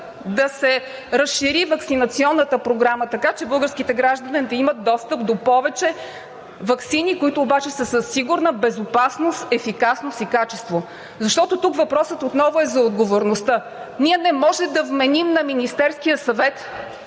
да се разшири Ваксинационната програма, така че българските граждани да имат достъп до повече ваксини, които обаче са със сигурност безопасност, ефикасност и качество. Тук въпросът отново е за отговорността. Ние не можем да вменим на Министерския съвет,